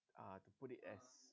uh put it as